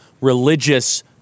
religious